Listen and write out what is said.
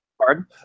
Pardon